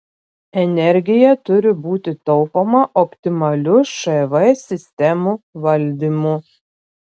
energija turi būti taupoma optimaliu šv sistemų valdymu